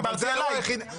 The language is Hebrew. דיברתי עליי.